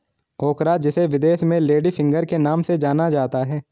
ओकरा जिसे विदेश में लेडी फिंगर के नाम से जाना जाता है